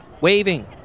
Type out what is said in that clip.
waving